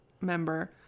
member